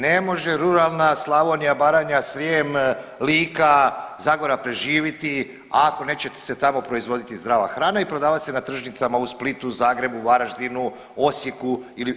Ne može ruralna Slavonija, Baranja, Srijem, Lika, Zagora preživiti ako neće se tamo proizvoditi zdrava hrana i prodavati se na tržnicama u Splitu, Zagrebu, Varaždinu, Osijeku ili…